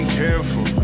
careful